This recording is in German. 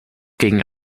gegen